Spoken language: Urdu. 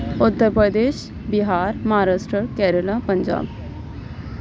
اتر پردیش بہار مہاراشٹر کیرلہ پنجاب